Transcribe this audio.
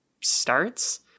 starts